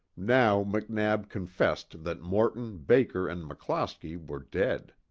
now mcnab confessed that morton, baker and mcclosky were dead.